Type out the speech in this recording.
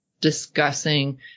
discussing